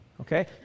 Okay